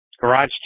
garage